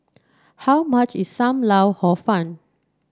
how much is Sam Lau Hor Fun